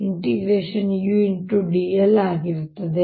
dl ಆಗಿರುತ್ತದೆ